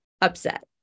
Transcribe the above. upset